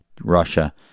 Russia